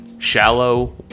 Shallow